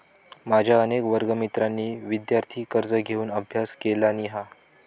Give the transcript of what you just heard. माझ्या अनेक वर्गमित्रांनी विदयार्थी कर्ज घेऊन अभ्यास केलानी हा